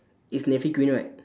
it's navy green right